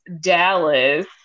Dallas